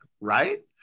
Right